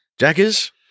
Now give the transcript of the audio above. Jackers